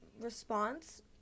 response